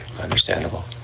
understandable